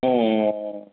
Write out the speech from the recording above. ம்ம்